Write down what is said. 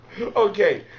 Okay